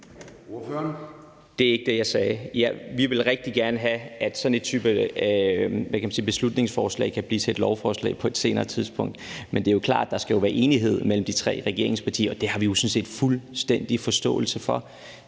Det var ikke det, jeg sagde. Ja, vi vil rigtig gerne have, at sådan en type beslutningsforslag kan blive til et lovforslag på et senere tidspunkt. Men det er jo klart, at der skal være enighed mellem de tre regeringspartier, og det har vi sådan set fuldstændig forståelse for.